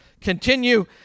Continue